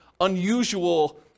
unusual